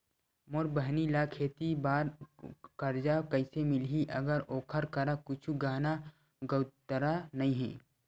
मोर बहिनी ला खेती बार कर्जा कइसे मिलहि, अगर ओकर करा कुछु गहना गउतरा नइ हे?